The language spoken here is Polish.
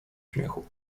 śmiechu